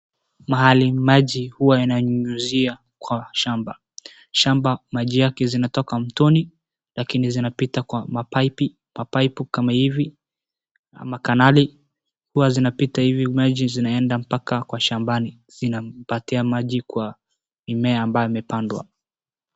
Mahali maji huwa inanyuziwa kwa shamba. Shamba maji yake zinatoka mtoni lakini zinapita kwa mapepi kama hivi ama kanali huwa zinapita hivi maji ianenda hadi kwa shambani inampatia maji kwa mimea ambayo imepandwa.